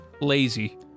lazy